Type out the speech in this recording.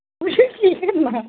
तुसें केह् करना